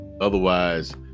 Otherwise